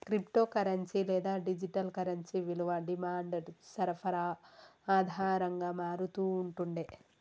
crypto currency లేదా digital currency విలువ demand, సరఫరా ఆధారంగా మారతూ ఉంటుండే